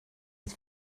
het